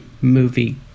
movie